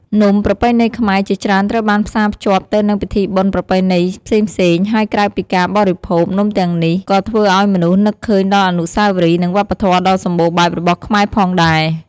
នំប្រពៃណីខ្មែរជាច្រើនត្រូវបានផ្សារភ្ជាប់ទៅនឹងពិធីបុណ្យប្រពៃណីផ្សេងៗ ហើយក្រៅពីការបរិភោគ នំទាំងនេះក៏ធ្វើឲ្យមនុស្សនឹកឃើញដល់អនុស្សាវរីយ៍ និងវប្បធម៌ដ៏សម្បូរបែបរបស់ខ្មែរផងដែរ។